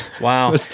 Wow